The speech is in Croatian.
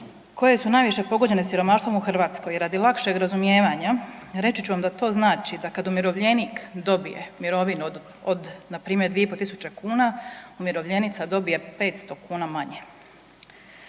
koje su najviše pogođene siromaštvom u Hrvatskoj. I radi lakšeg razumijevanja reći ću vam da to znači da kad umirovljenik dobije mirovinu od, od npr. 2.500 kuna, umirovljenica dobije 500 kuna manje.